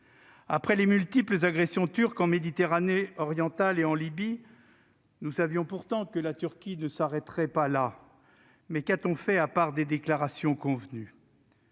Après les multiples agressions turques en Méditerranée orientale et en Libye, nous savions pourtant que la Turquie ne s'arrêterait pas là ! Mais qu'avons-nous fait, à part des déclarations convenues ?